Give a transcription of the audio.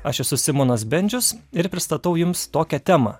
aš esu simonas bendžius ir pristatau jums tokią temą